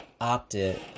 opted